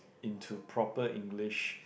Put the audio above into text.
into proper English